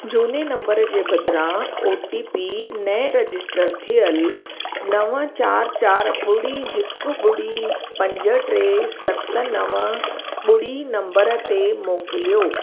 झूने नंबर जे बदिरां ओ टी पी नएं रजिस्टर थियल नव चारि चारि ॿुड़ी हिकु ॿुड़ी पंज टे सत नव ॿुड़ी नंबर ते मोकिलियो